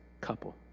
couple